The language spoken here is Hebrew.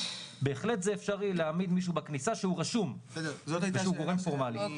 בהחלט זה אפשרי להעמיד מישהו בכניסה שהוא רשום ושהוא גורם פורמלי.